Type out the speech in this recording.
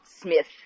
Smith